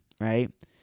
right